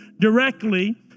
directly